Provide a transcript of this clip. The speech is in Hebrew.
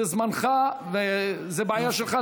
זה זמנך וזאת בעיה שלך,